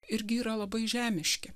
irgi yra labai žemiški